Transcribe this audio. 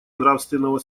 нравственного